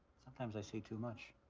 sometimes i see too much.